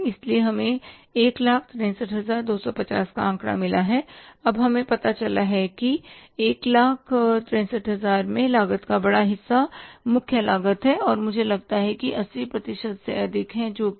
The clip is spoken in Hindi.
इसलिए हमें 163250 का आंकड़ा मिला है और अब हमें पता चला है कि इस 163000 में लागत का बड़ा हिस्सा मुख्य लागत है जो मुझे लगता है कि 80 प्रतिशत से अधिक है जो रु